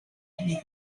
evening